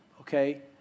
okay